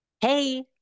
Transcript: Hey